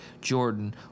Jordan